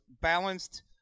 balanced